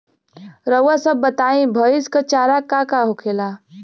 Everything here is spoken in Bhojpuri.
रउआ सभ बताई भईस क चारा का का होखेला?